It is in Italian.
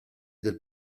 del